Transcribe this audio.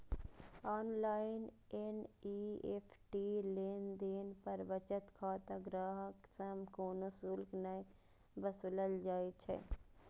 online NEFT लेनदेन पर बचत खाता ग्राहक सं कोनो शुल्क नै वसूलल जाइ छै